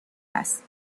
است